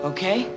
Okay